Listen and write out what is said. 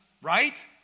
Right